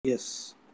Yes